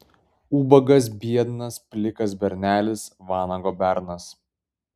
ubagas biednas plikas bernelis vanago bernas